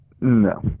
No